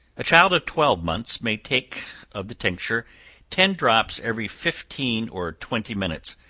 a child of twelve months, may take of the tincture ten drops every fifteen or twenty minutes,